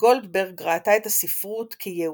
גולדברג ראתה את הספרות כיעודה,